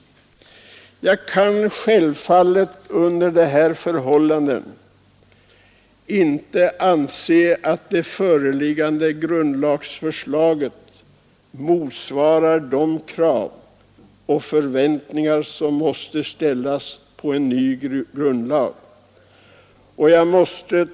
Under dessa förhållanden kan jag självfallet inte anse att det föreliggande grundlagsförslaget motsvarar de krav och förväntningar som måste ställas på ett sådant.